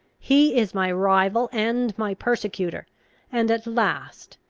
he is my rival and my persecutor and, at last,